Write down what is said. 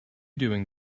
doing